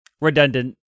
Redundant